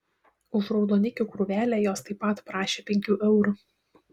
už raudonikių krūvelę jos taip pat prašė penkių eurų